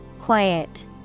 Quiet